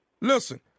Listen